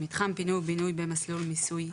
"מתחם פינוי ובינוי במסלול מיסוי",